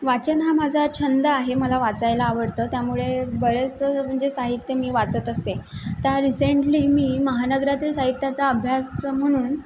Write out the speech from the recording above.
वाचन हा माझा छंद आहे मला वाचायला आवडतं त्यामुळे बरेच म्हणजे साहित्य मी वाचत असते त्या रिसेंटली मी महानगरातील साहित्याचा अभ्यास म्हणून